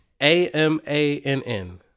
A-M-A-N-N